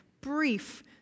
Brief